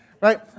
Right